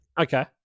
Okay